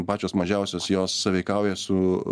pačios mažiausios jos sąveikauja su